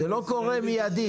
זה לא קורה מידית.